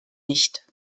nicht